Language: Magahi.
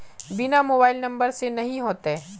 बिना मोबाईल नंबर से नहीं होते?